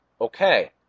Okay